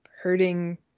hurting